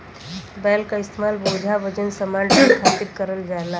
बैल क इस्तेमाल बोझा वजन समान ढोये खातिर करल जाला